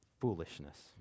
foolishness